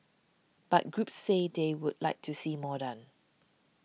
but groups say they would like to see more done